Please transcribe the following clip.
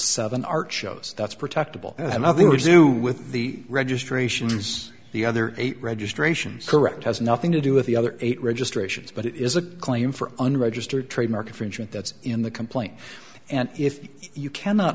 seven art shows that's protectable had nothing to do with the registration fees the other eight registration correct has nothing to do with the other eight registrations but it is a claim for unregistered trademark infringement that's in the complaint and if you cannot